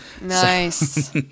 Nice